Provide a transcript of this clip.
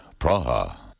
Praha